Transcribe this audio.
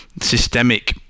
systemic